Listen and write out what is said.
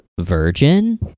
virgin